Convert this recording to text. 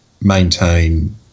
maintain